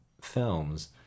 films